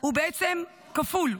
הוא בעצם כפול.